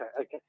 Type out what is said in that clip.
okay